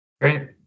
Great